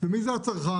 ומי זה הצרכן?